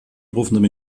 rufen